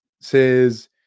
says